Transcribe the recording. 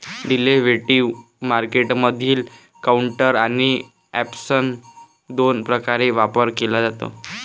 derivative मार्केटमधील counter आणि option दोन प्रकारे व्यापार केला जातो